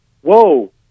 whoa